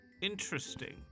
Interesting